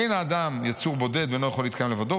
'אין האדם יצור בודד ואינו יכול להתקיים לבדו,